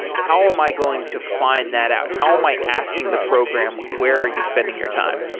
how am i going to find that out? how am i asking the program where are you spending your time?